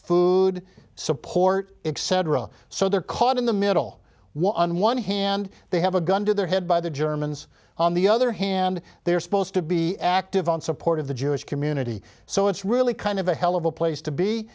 food support excedrin so they're caught in the middle one on one hand they have a gun to their head by the germans on the other hand they are supposed to be active on support of the jewish community so it's really kind of a hell of a place to be